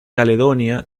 caledonia